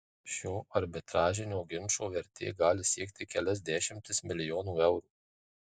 šio arbitražinio ginčo vertė gali siekti kelias dešimtis milijonų eurų